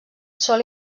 sol